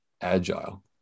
Agile